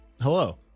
Hello